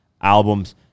albums